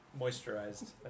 Moisturized